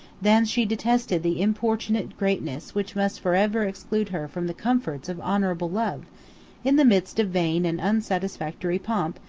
than she detested the importunate greatness which must forever exclude her from the comforts of honorable love in the midst of vain and unsatisfactory pomp,